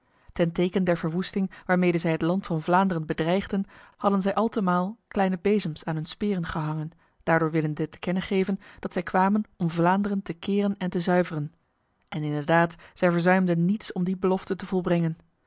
ten teken der verwoesting waarmede zij het land van vlaanderen bedreigden hadden zij altemaal kleine bezems aan hun speren gehangen daardoor willende te kennen geven dat zij kwamen om vlaanderen te keren en te zuiveren en inderdaad zij verzuimden niets om die belofte te volbrengen